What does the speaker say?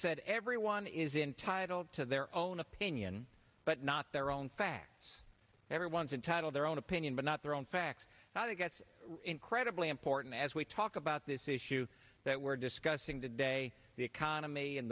said everyone is entitled to their own opinion but not their own facts everyone's entitled their own opinion but not their own facts not it gets incredibly important as we talk about this issue that we're discussing today the economy and